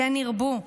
כן ירבו,